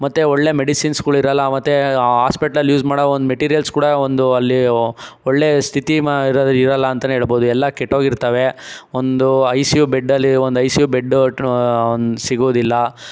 ಮತ್ತೆ ಒಳ್ಳೆ ಮೆಡಿಸಿನ್ಸ್ಗಳಿರಲ್ಲ ಮತ್ತೆ ಹಾಸ್ಪಿಟ್ಲಲ್ಲಿ ಯೂಸ್ ಮಾಡುವ ಒಂದು ಮೆಟೀರಿಯಲ್ಸ್ ಕೂಡ ಒಂದು ಅಲ್ಲಿ ಒಳ್ಳೆ ಸ್ಥಿತಿ ಇರಲ್ಲ ಅಂತಲೇ ಹೇಳ್ಬೋದು ಎಲ್ಲ ಕೆಟ್ಟೋಗಿರ್ತವೆ ಒಂದು ಐ ಸಿ ಯು ಬೆಡ್ಲ್ಲಿ ಒಂದು ಐ ಸಿ ಯು ಬೆಡ್ ಒಂದು ಸಿಗೋದಿಲ್ಲ